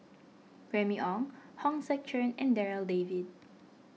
Remy Ong Hong Sek Chern and Darryl David